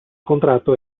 contratto